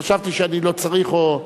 חשבתי שאני לא צריך.